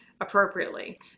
appropriately